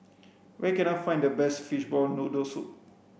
where can I find the best fishball noodle soup